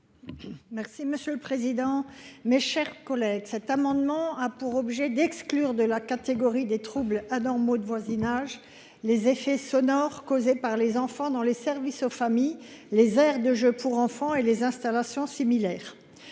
présenter l’amendement n° 1 rectifié. Cet amendement a pour objet d’exclure de la catégorie des troubles anormaux de voisinage les effets sonores causés par les enfants dans les services aux familles, les aires de jeux pour enfants et les installations similaires.